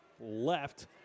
left